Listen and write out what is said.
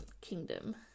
kingdom